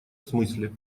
смысле